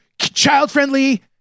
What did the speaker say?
Child-friendly